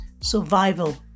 survival